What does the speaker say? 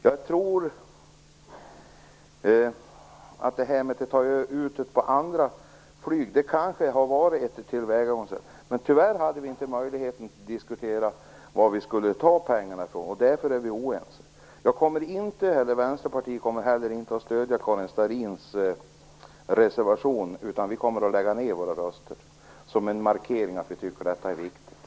Jag tror att detta att ta ut avgift på annat flyg kanske kunde ha varit ett tillvägagångssätt, men tyvärr hade vi inte möjlighet att diskutera varifrån vi skulle ta pengarna, och därför är vi oense. Jag och Vänsterpartiet kommer inte att stödja Karin Starrins reservation, utan vi kommer att lägga ned våra röster som en markering av att vi tycker att detta är viktigt.